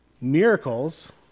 miracles